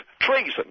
treason